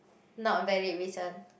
not valid reason